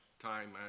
time